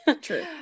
True